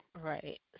Right